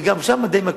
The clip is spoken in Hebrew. וגם שם די מקפידים.